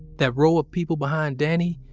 that row of people behind danny,